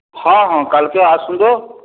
ହଁ ହଁ କାଲିକୁ ଆସିବ ତ